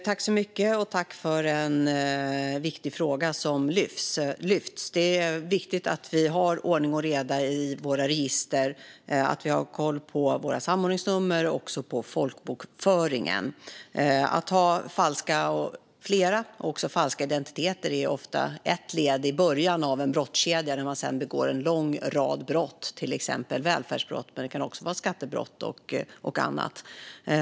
Fru talman! Tack för att en viktig fråga har lyfts fram här! Det är viktigt att vi har ordning och reda i våra register och att vi har koll på våra samordningsnummer och folkbokföringen. Att ha flera och falska identiteter är ofta ett led i början av en brottskedja, där man sedan begår en lång rad brott, till exempel välfärdsbrott, skattebrott och annat.